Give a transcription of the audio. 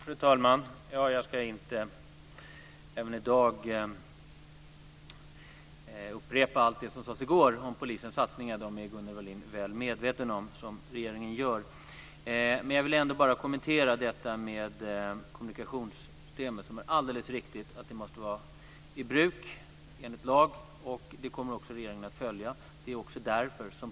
Fru talman! Jag ska inte i dag upprepa allt det som sades i går om de satsningar på polisen som regeringen gör. Dessa är Gunnel Wallin väl medveten om. Jag vill bara kommentera detta med kommunikationssystemet som, alldeles riktigt, måste vara i bruk enligt lag. Det kommer regeringen att följa.